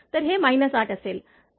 तर ते 8 असेल